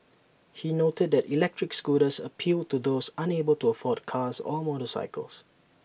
he noted that electric scooters appealed to those unable to afford cars or motorcycles